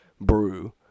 brew